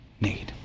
need